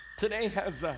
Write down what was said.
today has, ah,